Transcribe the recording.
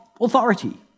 authority